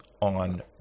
on